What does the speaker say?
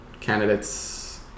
candidates